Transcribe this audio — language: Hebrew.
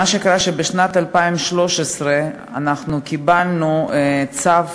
בשנת 2013 אנחנו קיבלנו צו